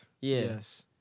yes